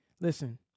Listen